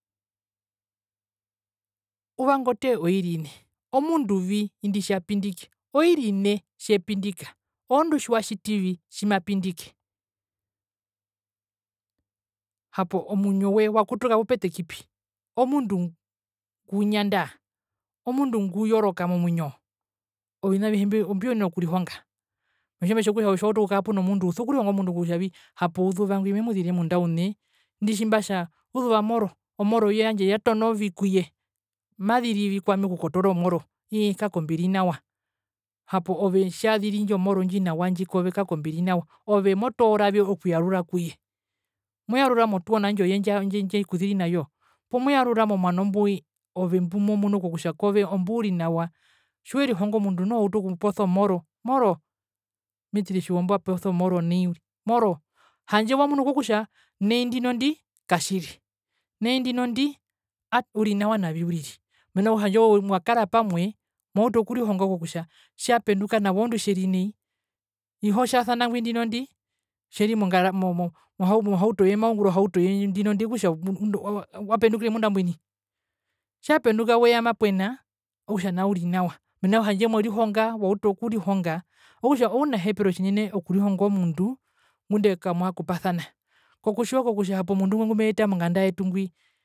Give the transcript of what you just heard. Uvanga o tee oiri ine? Omundu vi indi tjapindike? Oiri ine tjepindika? Oondi tjiwatjitii tjimapindike? Hapo omuinjo we wapindika pupetapi, omundu ngunjanda? Omundu nguyoroka momuinjo? Ovina avihe mbi ombiuyenana okurihonga. Otjimetja okutja ove tjiwautu okukara kuna omundu usokurihonga omundu kutjavi hapo uzuva ngwi memuzire munda une, indu tjimbatja uzuva moro, omoro yandje yatono vi kuye, mazirivi kwami okukotora o moro, ii kako mbiri nawa, hapo ove tjaziri indjomoro ndji nawa kove, kako mbiri nawa ove motoora vi okuyarura kuye? Moyarura mo toona ndjoye ndjekuziri nayo poo moyarura momuano mbwi ove mbumomunu kutja kove omburi nawa, tjiwerihongo omundu noho outu okuposa omoro, moro, mitiri tjijombo apose o moro nai uriri, moro, handje wamun kokuja nai ndinondi katjire, nai ndinondi, aat uri nawa navi uriri, mena rokutja tjande ove mwakara pamwe, mwauta okurihonga kokutja tjapenduka nawa oondi tjeri nai, iho tjasana ngwi ndinondi, tjeri mohauto ye maungura ohauto ye ndinondi okutja wapendukire munda mbwina, tjapenduka weya mapwena, okutja nao uri nawa. Mena rokutja werihonga, wauta okurihonga okutja ounahepero tjinene okurihonga omundu ngundee kamwa kupasana, kokutjiwa kutja hapo omundu ngo ngumeeta monganda yetu ngwi.